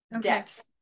depth